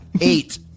Eight